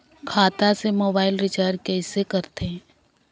खाता से mobile recharge कइसे करथे